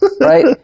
Right